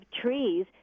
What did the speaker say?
trees